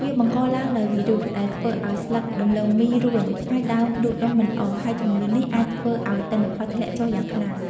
វាបង្កឡើងដោយវីរុស ដែលធ្វើឱ្យស្លឹកដំឡូងមីរួញ ហើយដើមលូតលាស់មិនល្អ ហើយជំងឺនេះអាចធ្វើឱ្យទិន្នផលធ្លាក់ចុះយ៉ាងខ្លាំង។